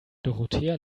dorothea